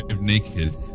naked